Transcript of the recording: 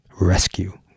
rescue